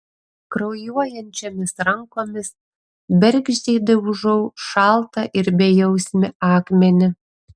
kraujuojančiomis rankomis bergždžiai daužau šaltą ir bejausmį akmenį